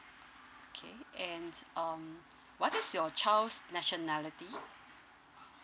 okay and um what's your child's nationality